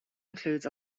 includes